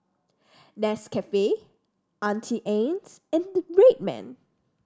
Nescafe Auntie Anne's and Red Man